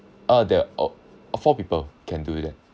ah there're all four people can do that